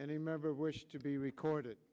any member wish to be recorded